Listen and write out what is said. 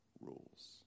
rules